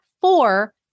four